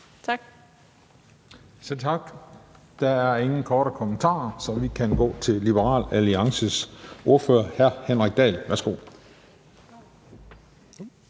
Selv tak. Der er ingen korte bemærkninger, så vi kan gå til Liberal Alliances ordfører, hr. Henrik Dahl. Værsgo.